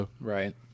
Right